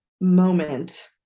moment